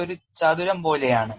ഇത് ഒരു ചതുരം പോലെയാണ്